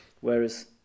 Whereas